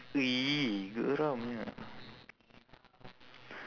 geramnya